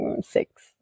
six